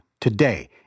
today